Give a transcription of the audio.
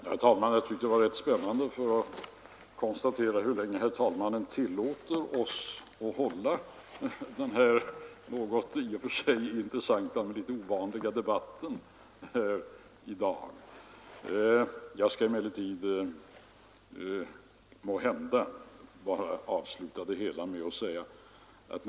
Herr talman! Jag tyckte att det var rätt spännande att konstatera hur länge herr talmannen skulle tillåta oss att hålla denna i och för sig intressanta men litet ovanliga debatt. Jag kan måhända avsluta det hela med att säga följande.